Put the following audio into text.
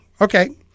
okay